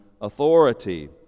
authority